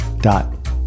dot